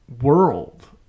world